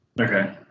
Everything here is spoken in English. okay